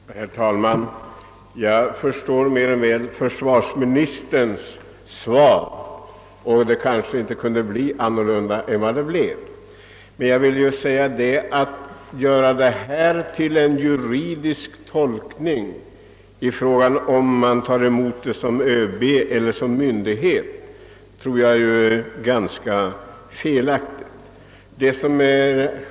Herr talman! Jag förstår mer än väl att försvarsministerns svar inte kunde få annan utformning än det fick. Men jag tror att det är felaktigt att ge sig in på en tolkning av frågan, huruvida ÖB mottagit dessa pengar såsom myndighet eller såsom privatperson.